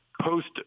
post